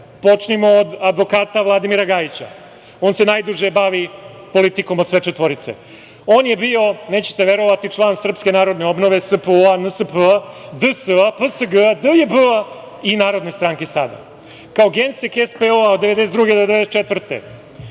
od advokata Vladimira Gajića, on se najduže bavi politikom od sve četvorice. On je bio, nećete verovati, član Srpske narodne obnove, SPO-a, NSP-a, DS-a, PSG-a, DJB-a i Narodne stranke sada. Kao generalni sekretar SPO od 1992. do 1994.